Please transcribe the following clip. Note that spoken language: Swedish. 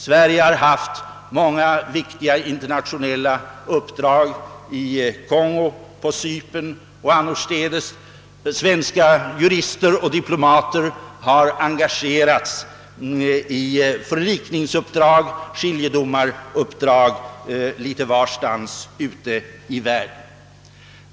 Sverige har haft många viktiga internationella uppdrag: i Kongo, på Cypern och annorstädes, och svenska jurister och diplomater har engagerats i förlikningsoch skiljedomsuppdrag litet varstans ute i världen.